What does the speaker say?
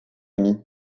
ami